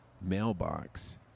mailbox